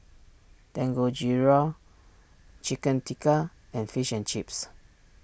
Dangojiru Chicken Tikka and Fish and Chips